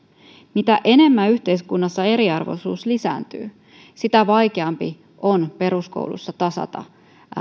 mitä enemmän yhteiskunnassa eriarvoisuus lisääntyy sitä vaikeampi on peruskoulussa tasata